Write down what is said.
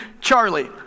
Charlie